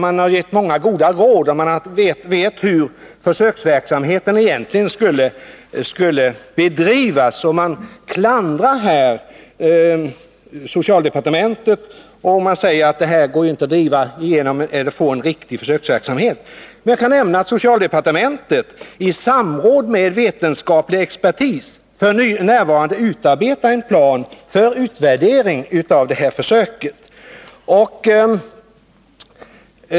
Man har gett många goda råd, och man vet hur försöksverksamheten egentligen skulle bedrivas. Man klandrar socialdepartementet och säger att det inte går att få en riktig försöksverksamhet. Men jag kan nämna att socialdepartementet i samråd med vetenskaplig expertis f. n. utarbetar en plan för utvärdering av det här försöket.